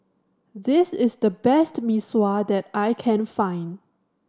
this is the best Mee Sua that I can find